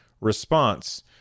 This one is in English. response